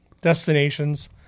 Destinations